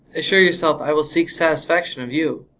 assure yourself i will seek satisfaction of you.